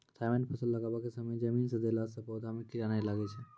Thimet फ़सल लगाबै के समय जमीन मे देला से पौधा मे कीड़ा नैय लागै छै?